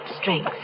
strength